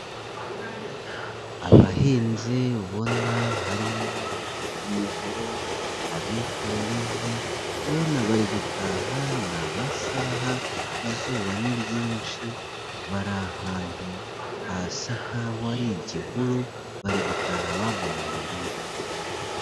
Abahinzi ubona harimo ufite umuhoro, abikoreye inkwi, urabona bari gutaha, ni masaha izuba ni ryinshi, bari ahantu hasa nk'aho ari igihuru, bari gutaha bava mu mirima.